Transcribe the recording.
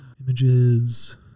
Images